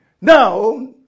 Now